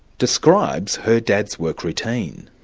describes her dad's work routine.